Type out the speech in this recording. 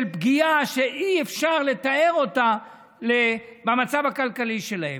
פגיעה שאי-אפשר לתאר אותה במצב הכלכלי שלהם.